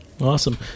Awesome